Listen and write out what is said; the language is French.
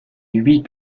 huit